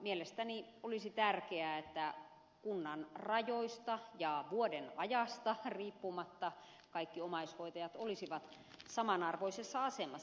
mielestäni olisi tärkeää että kunnan rajoista ja vuodenajasta riippumatta kaikki omaishoitajat olisivat samanarvoisessa asemassa